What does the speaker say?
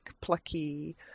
plucky